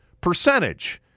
percentage